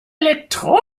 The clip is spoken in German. elektroden